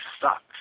sucks